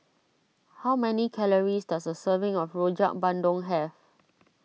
how many calories does a serving of Rojak Bandung have